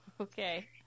Okay